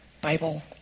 Bible